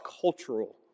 cultural